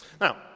Now